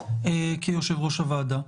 כיושב ראש הוועדה.